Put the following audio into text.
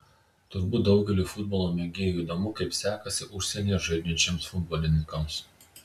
turbūt daugeliui futbolo mėgėjų įdomu kaip sekasi užsienyje žaidžiantiems futbolininkams